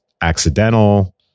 accidental